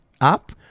up